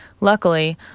Luckily